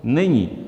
Není!